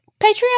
patreon